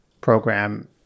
program